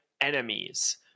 enemies